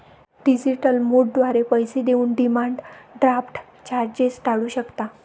digital मोडद्वारे पैसे देऊन डिमांड ड्राफ्ट चार्जेस टाळू शकता